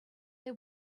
they